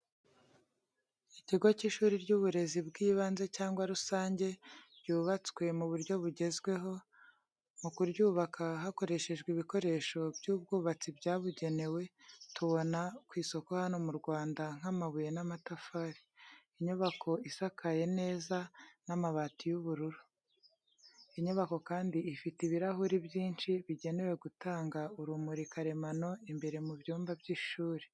Ikigo cy’ishuri ry’uburezi bw’ibanze cyangwa rusange, ryubatswe mu buryo bugezweho, mu kuryubaka hakoreshejwe ibikoresho by’ubwubatsi byabugenewe, tubona ku isoko hano mu Rwanda nk’amabuye n’amatafari. Inyubako isakaye neza n'amabati y'ubururu. Inyubako kandi ifite ibirahuri byinshi bigenewe gutanga urumuri karemano imbere mu byumba by’ishuri.